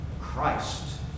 Christ